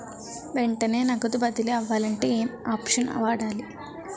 వెంటనే నగదు బదిలీ అవ్వాలంటే ఏంటి ఆప్షన్ వాడాలి?